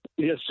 Yes